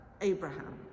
Abraham